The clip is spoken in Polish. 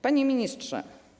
Panie Ministrze!